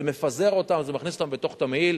זה מפזר אותם, זה מכניס אותם בתוך תמהיל.